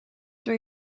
door